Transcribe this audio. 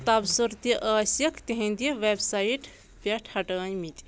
تبصُرٕ تہِ ٲسِکھ تِہنٛدِ ویب سایٹ پٮ۪ٹھٕ ہٹٲے مٕتۍ